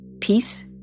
peace